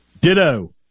Ditto